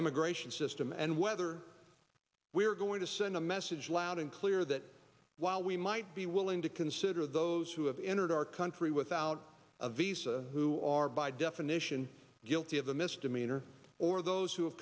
immigration system and why whether we are going to send a message loud and clear that while we might be willing to consider those who have entered our country without a visa who are by definition guilty of a misdemeanor or those who have